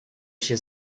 się